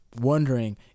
wondering